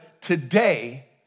today